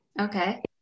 Okay